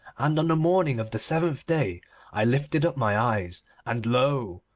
and on the morning of the seventh day i lifted up my eyes, and lo!